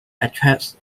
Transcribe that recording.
attracts